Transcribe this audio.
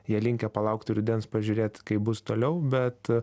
jie linkę palaukti rudens pažiūrėt kaip bus toliau bet a